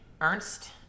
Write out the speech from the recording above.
Ernst